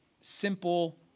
simple